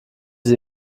sie